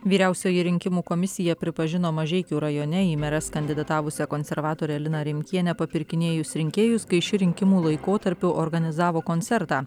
vyriausioji rinkimų komisija pripažino mažeikių rajone į meres kandidatavusią konservatorę liną rimkienę papirkinėjus rinkėjus kai ši rinkimų laikotarpiu organizavo koncertą